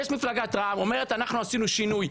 יש מפלגת רע"מ שאומרת: אנחנו עשינו שינוי.